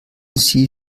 sie